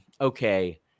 okay